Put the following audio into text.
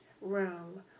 room